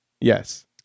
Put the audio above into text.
Yes